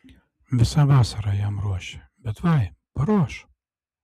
visą vasarą jam ruošia bet vai paruoš